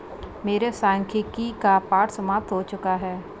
मेरे सांख्यिकी का पाठ समाप्त हो चुका है